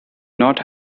not